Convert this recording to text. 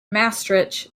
maastricht